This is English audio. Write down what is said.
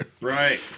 Right